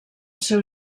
seu